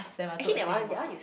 actually that one that one you